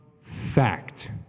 fact